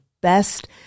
best